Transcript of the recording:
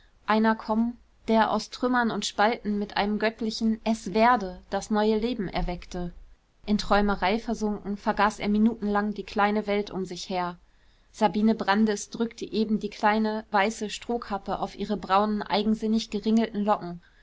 einer kommen der aus trümmern und spalten mit einem göttlichen es werde das neue leben erweckte in träumerei versunken vergaß er minutenlang die kleine welt um sich her sabine brandis drückte eben die kleine weiße strohkappe auf ihre braunen eigensinnig geringelten locken